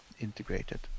integrated